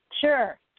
Sure